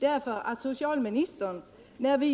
När vi